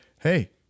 hey